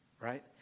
right